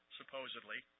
supposedly